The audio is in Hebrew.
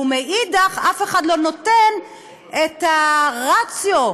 מצד שני, אף אחד לא נותן את הרציו,